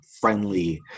friendly